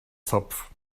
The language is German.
zopf